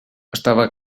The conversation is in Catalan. estava